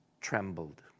trembled